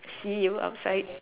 see you outside